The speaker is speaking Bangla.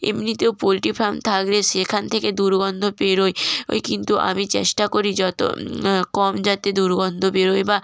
এমনিতেও পোলট্রি ফার্ম থাকলে সেখান থেকে দুর্গন্ধ বেরোয় কিন্তু আমি চেষ্টা করি যত কম যাতে দুর্গন্ধ বেরোয় বা